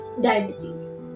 diabetes